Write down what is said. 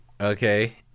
okay